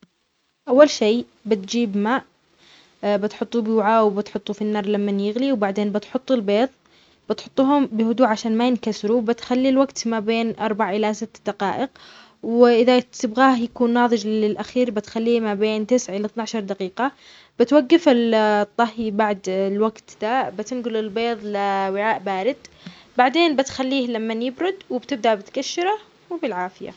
أول شيء بتجيب ماء بتحطوه بوعاء وبتحطه في النار لمن يغلي، وبعدين بتحطه البيض بتحطوهم بهدوء عشان ما ينكسروا، بتخلي الوقت ما بين أربع إلى ست دقايق، وإذا تبغاه يكون ناضج للأخير بتخليه ما بين تسع إلي اتناشر دقيقة، بتوقف ال الطهي، بعد الوقت ده بتنقل البيض لوعاء بارد، بعدين بتخليه لمن يبرد وبتبدأ بتكشره وبالعافية.